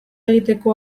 egiteko